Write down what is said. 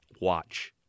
Watch